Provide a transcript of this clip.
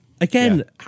again